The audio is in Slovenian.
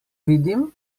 vidim